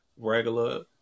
regular